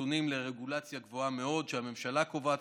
נתונים לרגולציה גבוהה מאוד שהממשלה קובעת,